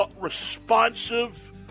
responsive